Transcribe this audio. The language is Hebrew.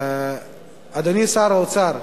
אדוני שר האוצר,